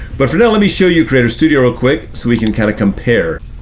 but for now, let me show you creator studio real quick, so we can kind of compare.